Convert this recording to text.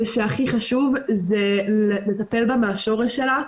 ושהכי חשוב זה לטפל בה מהשורש שלה.